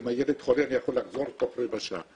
ואם הילד חולה אני יכול לחזור תוך רבע שעה.